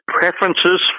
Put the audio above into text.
preferences